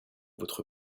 votre